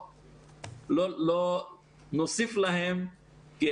נמצא אתנו שר